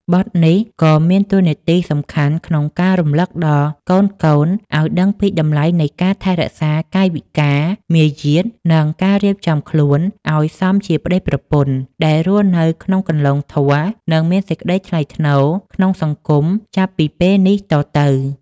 បទនេះក៏មានតួនាទីសំខាន់ក្នុងការរំលឹកដល់កូនៗឱ្យដឹងពីតម្លៃនៃការថែរក្សាកាយវិការ មារយាទ និងការរៀបចំខ្លួនឱ្យសមជាប្តីប្រពន្ធដែលរស់នៅក្នុងគន្លងធម៌ និងមានសេចក្តីថ្លៃថ្នូរក្នុងសង្គមចាប់ពីពេលនេះតទៅ។